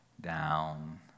down